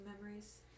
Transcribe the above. memories